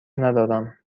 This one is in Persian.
ندارم